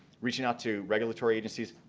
reaching out to regulatory agencies,